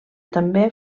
també